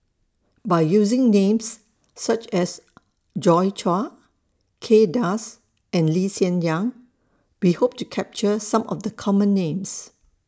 By using Names such as Joi Chua Kay Das and Lee Hsien Yang We Hope to capture Some of The Common Names